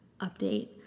update